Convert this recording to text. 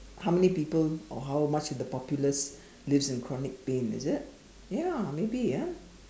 how many people or how much of the populace lives in chronic pain is it ya maybe ah